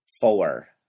four